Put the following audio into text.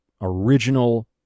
original